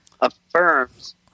affirms